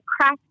crash